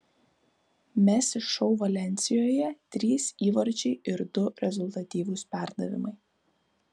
messi šou valensijoje trys įvarčiai ir du rezultatyvūs perdavimai